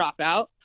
dropout